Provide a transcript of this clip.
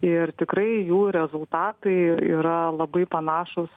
ir tikrai jų rezultatai yra labai panašūs